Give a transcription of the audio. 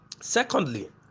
Secondly